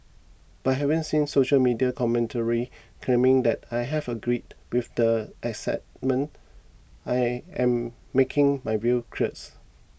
but having seen social media commentaries claiming that I have agreed with the asset I am making my views clears